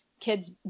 kids